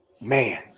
man